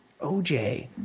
OJ